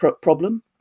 problem